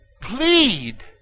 plead